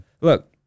look